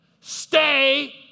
Stay